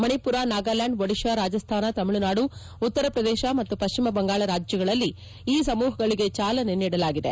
ಮಣಿಮರ ನಾಗಾಲ್ನಾಂಡ್ ಒಡಿತಾ ರಾಜಸ್ಲಾನ ತಮಿಳುನಾಡು ಉತ್ತರಪ್ರದೇಶ ಮತ್ತು ಪಶ್ಚಿಮಬಂಗಾಳ ರಾಜ್ಲಗಳಲ್ಲಿ ಈ ಸಮೂಹಗಳಿಗೆ ಚಾಲನೆ ನೀಡಲಾಗಿದೆ